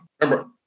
remember